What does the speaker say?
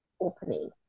opening